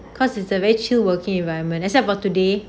cause it's a very chill working environment except for today